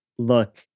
Look